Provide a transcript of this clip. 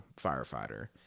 firefighter